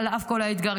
על אף כל האתגרים,